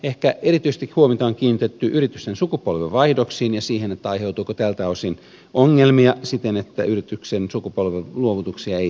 ehkä erityisesti huomiota on kiinnitetty yritysten sukupolvenvaihdoksiin ja siihen aiheutuuko tältä osin ongelmia siten että yrityksen sukupolvenvaihdosluovutuksia ei tehtäisi